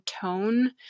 tone